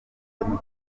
yagiye